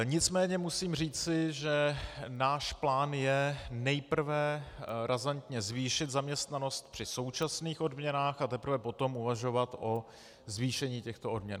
Nicméně musím říci, že náš plán je nejprve razantně zvýšit zaměstnanost při současných odměnách, a teprve potom uvažovat o zvýšení těchto odměn.